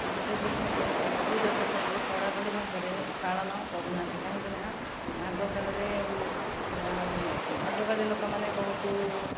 ଯୁବ ପିଢ଼ି ମଧ୍ୟ ସାଂସ୍କୃତିକ ପ୍ରଥାକୁ କଡ଼ାକଡ଼ି ଭାବରେ ପାଳନ କରୁନାହନ୍ତି କାହିଁକି ନା ଆଗ କାଳରେ ଆଗ କାଳରେ ଲୋକମାନେ ବହୁତ